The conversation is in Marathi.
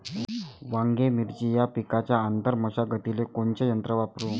वांगे, मिरची या पिकाच्या आंतर मशागतीले कोनचे यंत्र वापरू?